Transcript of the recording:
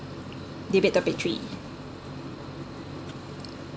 debate topic three